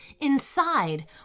Inside